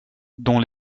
dont